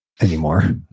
anymore